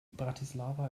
bratislava